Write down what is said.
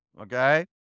okay